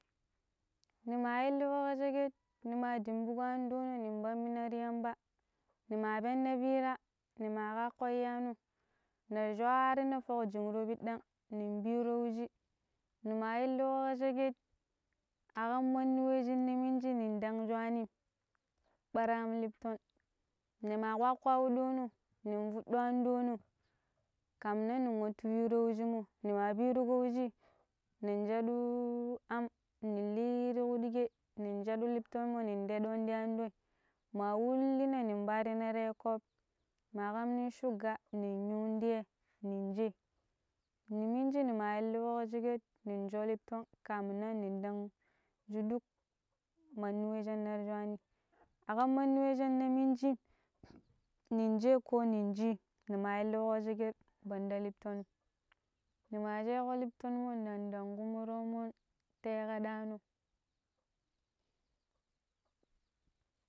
Nima iliƙƙo ka sheƙet nima dimɓuƙo andono nin pambina ti yamba nima penna pira nima kaako iiyaano, nin shaaro fok jinro piɗɗan nin piiro wuji ni ma inlo ka sheƙƙet akan mani we shina minji ni ɗan shwaanim ɓar am lipton nima kpaako ya wuɗoono nin fuɗɗo anɗono kamin nan min watta peero wujumo. Nima peeru wuji nin shadu aam nin li ti ku ɗike nin shaɗu libton mo. Mi teɗon ta anɗoi ma wullina nin paana ta koop ma kam nin sukga nin yun te yai nin shai mimmin shai ni ma ilikko ka sheƙƙet nin shoo lipton kamin nan nin dan yi duk mani wai shanna ta shuwani akam mandi we shinna minji nin chi ko nin shaim nima ilikƙo ka shekek banda liptom nima cheƙo liptonmo nin dan kuma toomoni ta ya kaddano.